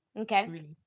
Okay